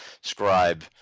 Scribe